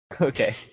Okay